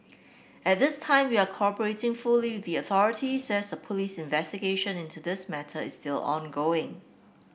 at this time we are cooperating fully with the authorities as a police investigation into this matter is still ongoing